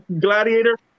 Gladiator